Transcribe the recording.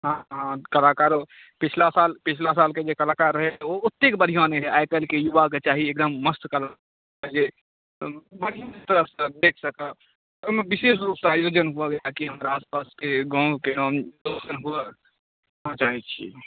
हँ हँ कलाकारो पछिला साल पछिला सालके जे कलाकार रहै ओ ओतेक बढ़िआँ नहि रहै आइ काल्हिके युवाके चाही एकदम मस्त कलाकार बुझलियै बढ़िआँसँ देख कऽ कऽ ओहिमे विशेष रूपसँ आयोजन भऽ जाय कि हमरा आस पासके गामके नाम रौशन हुये हम चाहैत छियै